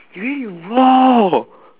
you eat it raw